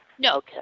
No